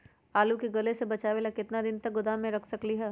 आलू के गले से बचाबे ला कितना दिन तक गोदाम में रख सकली ह?